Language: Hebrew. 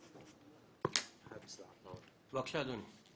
בבקשה, אדוני.